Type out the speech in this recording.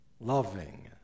loving